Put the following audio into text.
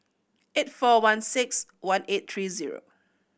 eight four one six one eight three zero